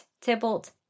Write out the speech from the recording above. Tybalt